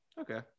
Okay